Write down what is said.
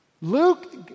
Luke